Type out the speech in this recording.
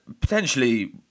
Potentially